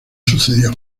sucedió